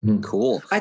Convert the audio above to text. Cool